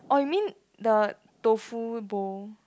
oh you mean the tofu bowl